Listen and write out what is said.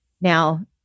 Now